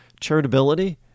charitability